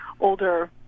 older